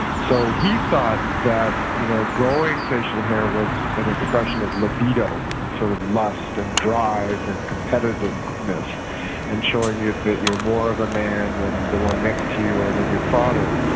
so he thought that you know growing facial hair was an expression of libido and sort of lust and drive and competiveness, and showing you are more of a man than the one next to you or than your father,